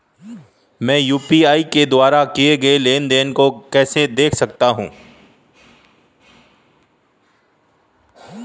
मैं यू.पी.आई के द्वारा किए गए लेनदेन को कैसे देख सकता हूं?